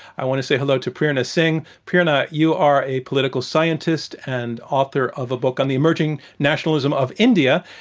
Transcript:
i want to say hello to prerna singh. prerna, you are a political scientist and author of a book on the emerging nationalism of india.